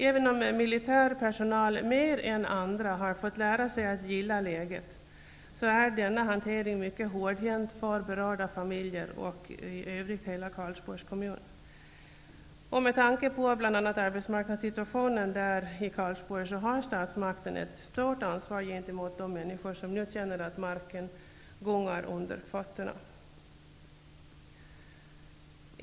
Även om militär personal mer än andra har fått lära sig att gilla läget, är denna hantering mycket hårdhänt för berörda familjer och i övrigt för hela Karlsborgs kommun. Med tanke på bl.a. arbetsmarknadssituationen i Karlsborg har statsmakten ett stort ansvar gentemot de människor som nu känner att marken gungar under fötterna.